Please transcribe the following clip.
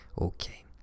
okay